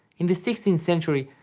in the sixteenth century,